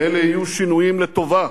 אלה יהיו שינויים לטובה.